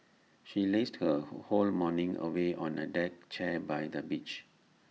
she lazed her whole morning away on A deck chair by the beach